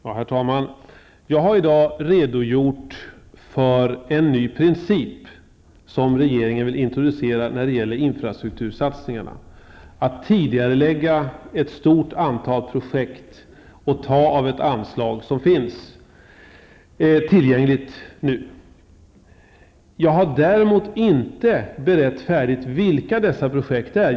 Herr talman! Jag har i dag redogjort för en ny princip som regeringen vill introducera när det gäller infrastruktursatsningar, nämligen att tidigarelägga ett stort antal projekt och ta av ett anslag som finns tillgängligt nu. Vi har däremot inte berett färdigt vilka dessa projekt är.